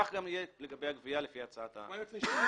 כך יהיה גם לגבי הגבייה, לפי הצעת החוק.